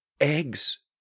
eggs